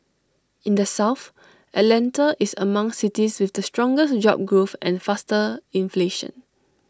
in the south Atlanta is among cities with the strongest job growth and faster inflation